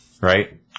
right